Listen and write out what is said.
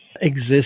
exist